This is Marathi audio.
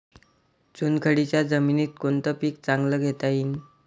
चुनखडीच्या जमीनीत कोनतं पीक चांगलं घेता येईन?